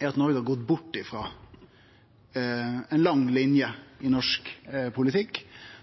er at Noreg har gått bort frå ei lang linje i norsk politikk